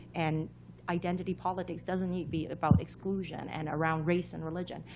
and identity politics doesn't need be about exclusion. and around race and religion.